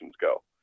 go